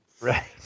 right